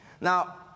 Now